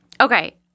okay